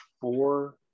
four